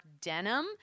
denim